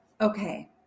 Okay